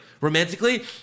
romantically